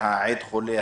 כשהעד חולה,